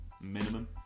minimum